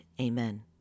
Amen